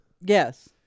Yes